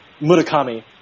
Murakami